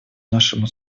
нашему